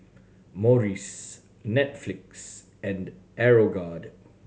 Morries Netflix and Aeroguard